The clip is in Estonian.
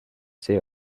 see